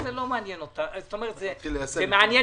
שצריכה לפקח מה הממשלה צריכה לעשות.